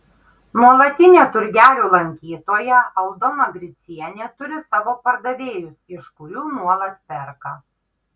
nuolatinė turgelių lankytoja aldona gricienė turi savo pardavėjus iš kurių nuolat perka